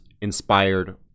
inspired